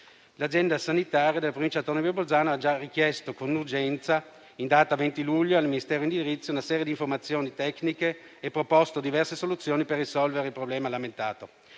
l'Azienda sanitaria della Provincia autonoma di Bolzano ha già richiesto, con urgenza, in data 20 luglio, al Ministero una serie di informazioni tecniche e proposto diverse soluzioni per risolvere il problema lamentato,